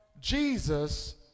Jesus